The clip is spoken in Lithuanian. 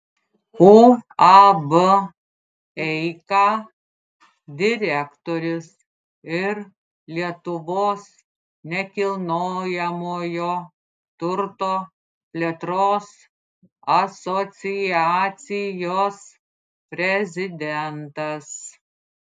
uab eika direktorius ir lietuvos nekilnojamojo turto plėtros asociacijos prezidentas